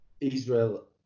Israel